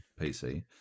PC